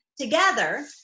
together